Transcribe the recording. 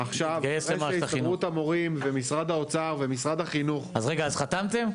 זה שהסתדרות המורים ומשרד האוצר ומשרד החינוך --- אז רגע אז חתמתם?